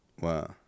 Wow